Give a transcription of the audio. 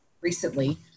recently